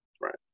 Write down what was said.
Right